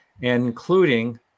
including